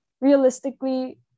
realistically